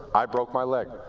i broke my leg.